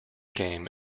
game